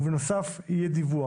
ובנוסף יהיה דיווח.